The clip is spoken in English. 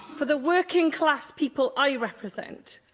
for the working class people i represent,